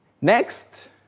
Next